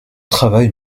travail